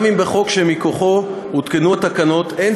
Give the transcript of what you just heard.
גם אם בחוק שמכוחו הותקנו התקנות אין